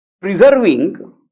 preserving